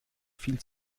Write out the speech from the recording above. viel